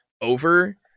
over